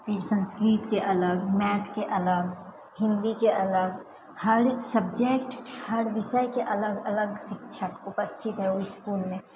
फिर संस्कृतके अलग मैथके अलग हिन्दीके अलग हर सब्जेक्ट हर विषयके अलग अलग शिक्षक उपस्थित है ओहि इसकुलमे